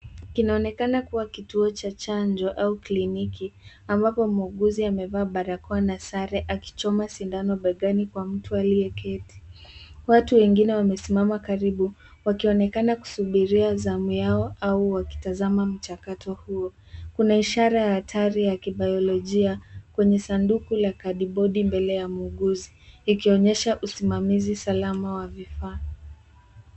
Kinaonekana kuwa kituo cha chanjo au kliniki ambapo muuguzi amevaa barakoa na sare akichoma sindano begani kwa mtu aliyeketi. Watu wengine wamesimama karibu wakionekana kusubiria zamu yao au wakitazama mchakato huo. Kuna ishara ya hatari ya kibayolojia kwenye sanduku la kadibodi mbele ya muuguzi ikionyesha usimamizi salama wa vifaa.